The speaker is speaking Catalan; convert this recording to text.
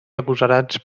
agosarats